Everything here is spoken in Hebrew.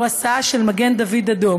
לצורך גביית תשלום עבור הסעה של מגן-דוד-אדום